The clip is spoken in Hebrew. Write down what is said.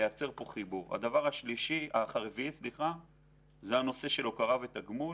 הדבר הרביעי הוא הנושא של הוקרה ותגמול.